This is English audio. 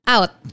Out